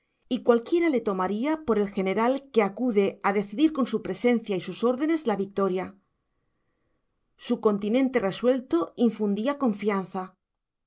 y cualquiera le tomaría por el general que acude a decidir con su presencia y sus órdenes la victoria su continente resuelto infundía confianza